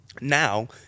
Now